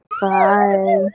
Bye